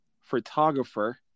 photographer